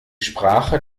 sprache